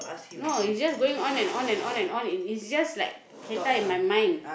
no its just going on and on and on and on it's just like in my mind